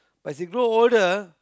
but as they grow older